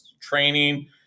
training